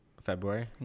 February